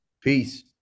Peace